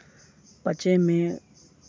ᱯᱟᱸᱪᱮᱭ ᱢᱮ